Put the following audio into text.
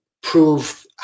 prove